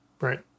right